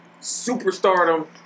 superstardom